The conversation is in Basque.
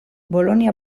bolonia